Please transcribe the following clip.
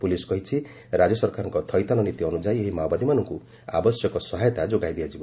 police କହିଛି ରାଜ୍ୟ ସରକାରଙ୍କ ଥଇଥାନ ନୀତି ଅନୁଯାୟୀ ଏହି ମାଓବାଦୀମାନଙ୍କୁ ଆବଶ୍ୟକ ସହାୟତା ଯୋଗାଇ ଦିଆଯିବ